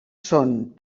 són